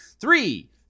Three